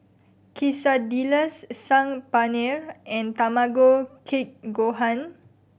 Quesadillas Saag Paneer and Tamago Kake Gohan